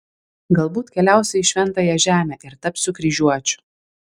galbūt keliausiu į šventąją žemę ir tapsiu kryžiuočiu